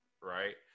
right